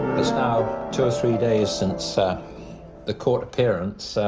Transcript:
now two or three days since ah the court appearance.